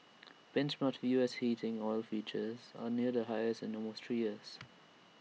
benchmark U S heating oil futures are near the highest in almost three years